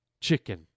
chicken